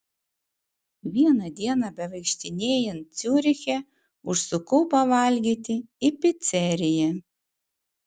vieną dieną bevaikštinėjant ciuriche užsukau pavalgyti į piceriją